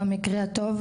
במקרה הטוב,